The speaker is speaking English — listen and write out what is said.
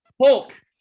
Hulk